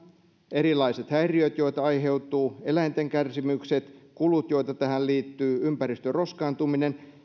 erilaiset häiriöt joita aiheutuu eläinten kärsimykset kulut joita tähän liittyy ympäristön roskaantuminen